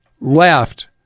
left